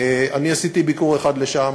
עשיתי ביקור אחד שם,